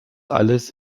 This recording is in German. alles